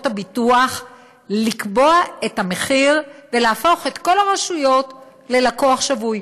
הביטוח לקבוע את המחיר ולהפוך את כל הרשויות ללקוח שבוי.